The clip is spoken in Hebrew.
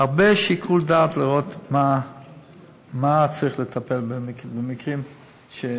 הרבה שיקול דעת לראות מה צריך לטפל במקרים של,